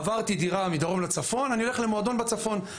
אם עברתי דירה מדרום לצפון - אני אלך למועדון בצפון.